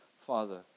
father